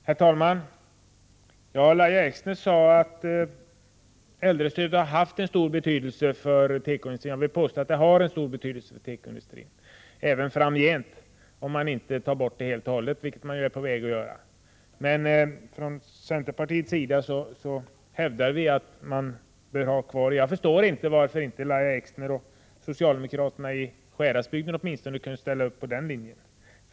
Herr talman! Lahja Exner sade att äldrestödet har haft en stor betydelse för tekoindustrin. Jag vill påstå att det har en stor betydelse för tekoindustrin även framgent, om man inte tar bort det helt och hållet, vilket man är på väg att göra. Från centerpartiets sida hävdar vi att man bör ha kvar det. Jag förstår inte varför inte Lahja Exner och socialdemokraterna i Sjuhäradsbygden åtminstone kunde ställa upp på den linjen.